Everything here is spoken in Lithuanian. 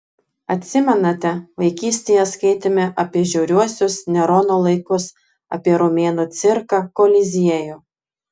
atsimenate vaikystėje skaitėme apie žiauriuosius nerono laikus apie romėnų cirką koliziejų